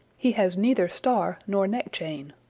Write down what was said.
he has neither star nor neck-chain.